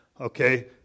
okay